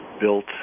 built